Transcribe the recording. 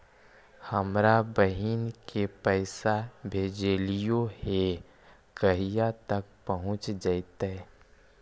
हमरा बहिन के पैसा भेजेलियै है कहिया तक पहुँच जैतै?